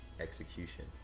execution